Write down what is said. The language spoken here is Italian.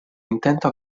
intento